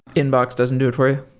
inbox doesn't do it for